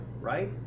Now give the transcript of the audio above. right